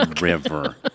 river